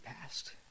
past